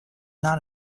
not